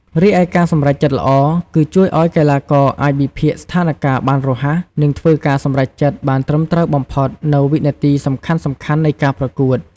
រីឯការសម្រេចចិត្តល្អគឺ ជួយឲ្យកីឡាករអាចវិភាគស្ថានការណ៍បានរហ័ស និងធ្វើការសម្រេចចិត្តបានត្រឹមត្រូវបំផុតនៅវិនាទីសំខាន់ៗនៃការប្រកួត។